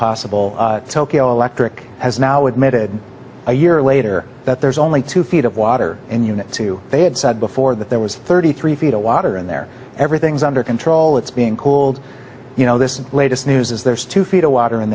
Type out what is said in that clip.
possible tokyo electric has now admitted a year later that there's only two feet of water in unit two they had said before that there was thirty three feet of water in there everything's under control it's being cooled you know this latest news is there's two feet of water